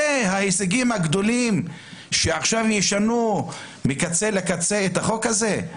זה ההישגים הגדולים שעכשיו ישנו מקצה לקצה את החוק הזה?